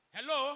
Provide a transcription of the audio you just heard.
Hello